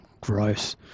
gross